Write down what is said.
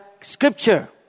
scripture